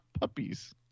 Puppies